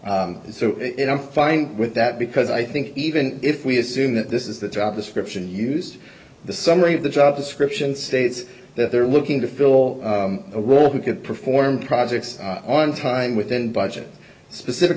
and so it i'm fine with that because i think even if we assume that this is the job description used the summary of the job description states that they're looking to fill a role who could perform projects on time within budget specific